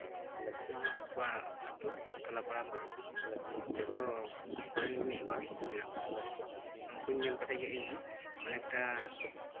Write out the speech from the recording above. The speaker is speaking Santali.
ᱱᱚᱣᱟ ᱟᱹᱛᱩ ᱴᱚᱞᱟ ᱯᱟᱲᱟ ᱠᱚᱨᱮᱜ ᱡᱚᱛᱚ ᱢᱟᱹᱱᱢᱤ ᱢᱮᱱᱟᱜ ᱠᱚᱛᱟ ᱠᱚᱣᱟ ᱩᱱᱠᱩ ᱧᱮᱞ ᱠᱟᱛᱮᱜ ᱜᱮ ᱤᱧᱦᱚᱸ ᱚᱱᱮᱠᱴᱟ